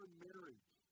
marriage